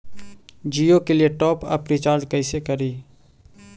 जियो के लिए top up recharge कैसे करी?